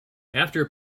after